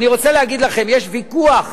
אני רוצה להגיד לכם, יש ויכוח